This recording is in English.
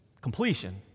completion